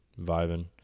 vibing